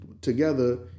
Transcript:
together